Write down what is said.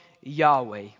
Yahweh